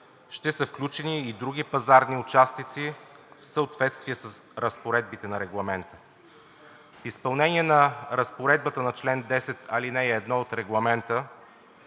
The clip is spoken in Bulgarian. ще са включени и други пазарни участници в съответствие с разпоредбите на Регламента. В изпълнение на разпоредбите на чл. 10, ал. 1 от Регламента